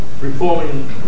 reforming